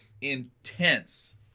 intense